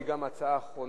שהיא גם ההצעה האחרונה